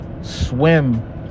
swim